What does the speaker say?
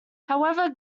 however